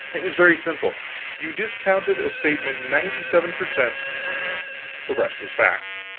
it was very simple you discounted a statement ninety-seven per cent the rest was fact.